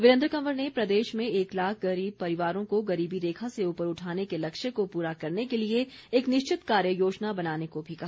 वीरेन्द्र कंवर ने प्रदेश में एक लाख गरीब परिवारों को गरीबी रेखा से ऊपर उठाने के लक्ष्य को पूरा करने के लिए एक निश्चित कार्य योजना बनाने को भी कहा